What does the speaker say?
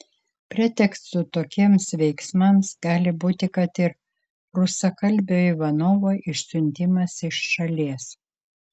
pretekstu tokiems veiksmams gali būti kad ir rusakalbio ivanovo išsiuntimas iš šalies